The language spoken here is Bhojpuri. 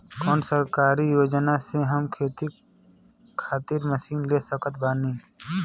कौन सरकारी योजना से हम खेती खातिर मशीन ले सकत बानी?